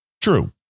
True